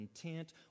content